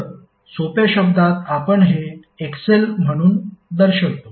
तर सोप्या शब्दात आपण हे XL म्हणून दर्शवतो